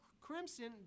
crimson